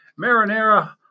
marinara